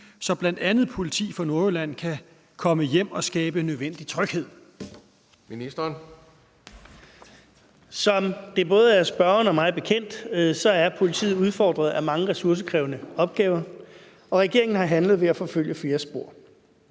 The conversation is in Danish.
Kl. 17:07 Justitsministeren (Søren Pind): Som det både er spørgeren og mig bekendt, er politiet udfordret af mange ressourcekrævende opgaver, og regeringen har handlet ved at forfølge flere spor.